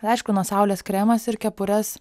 ir aišku nuo saulės kremas ir kepurės